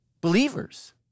Believers